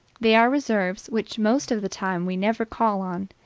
they are reserves which most of the time we never call on.